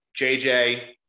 JJ